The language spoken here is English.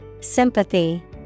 Sympathy